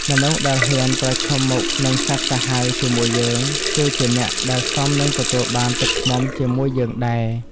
មនុស្សដែលហ៊ានប្រឈមមុខនឹងសត្វសាហាវជាមួយយើង គឺជាអ្នកដែលសមនឹងទទួលបានទឹកឃ្មុំជាមួយយើងដែរ។